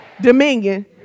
dominion